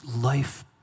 life